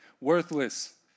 worthless